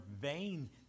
vain